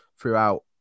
throughout